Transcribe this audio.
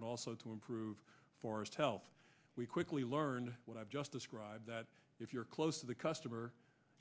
and also to improve forest health we quickly learned what i've just described that if you're close to the customer